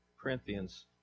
Corinthians